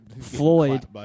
Floyd